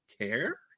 care